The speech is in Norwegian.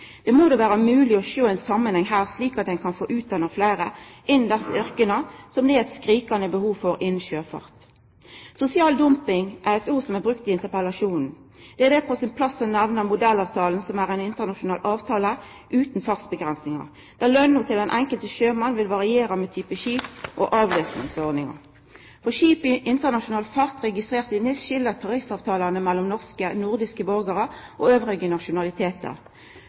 Det må då vera mogleg å sjå ein samanheng her, slik at ein kan få utdanna fleire innan desse yrka, som det er eit skrikande behov for innan sjøfarten. Sosial dumping er ord som er brukte i interpellasjonen. Det er då på sin plass å nemna modellavtalen, som er ein internasjonal avtale utan fartsavgrensingar, der lønna til den einskilde sjømannen vil variera med type skip og avløysingsordningar. For skip i internasjonal fart registrerte i NIS skil tariffavtalane mellom norske/nordiske borgarar og andre nasjonalitetar.